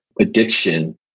addiction